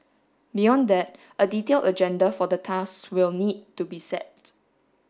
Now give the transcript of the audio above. beyond that a detailed agenda for the talks will need to be set